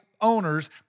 owners